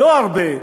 לא הרבה,